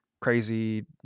crazy